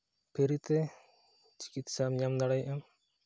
free ᱛᱮ ᱪᱤᱠᱤᱛᱥᱟᱢ ᱧᱟᱢ ᱫᱟᱲᱮᱭᱟᱜᱼᱟ